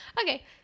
Okay